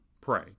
pray